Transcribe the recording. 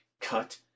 cut